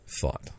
thought